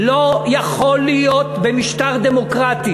לא יעלה על הדעת מה שהולך שם.